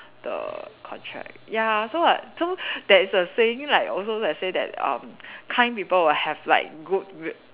the contract ya so like so there's a saying like also they say that um kind people will have like good re~